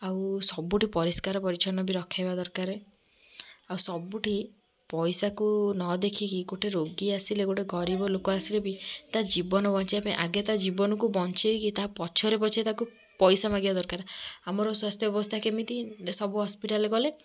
ଆଉ ସବୁଠି ପରିଷ୍କାର ପରିଛନ୍ନ ବି ରଖେଇବା ଦରକାରେ ଆଉ ସବୁଠି ପଇସାକୁ ନ ଦେଖିକି ଗୋଟେ ରୋଗୀ ଆସିଲେ ଗୋଟେ ଗରିବ ଲୋକ ଆସିଲେ ବି ତା ଜୀବନ ବଞ୍ଚେଇବା ପାଇଁ ଆଗେ ତା ଜୀବନକୁ ବଞ୍ଚେଇକି ତା ପଛରେ ପଛେ ତାକୁ ପଇସା ମାଗିବା ଦରକାର ଆମର ସ୍ୱାସ୍ଥ୍ୟ ଅବସ୍ଥା କେମିତି ସବୁ ହସ୍ପିଟାଲ ଗଲେ